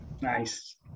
Nice